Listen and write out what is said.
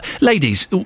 ladies